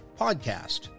podcast